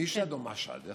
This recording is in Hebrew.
מִשהד או מַשהד?